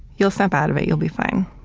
you'll snap out of it. you'll be fine.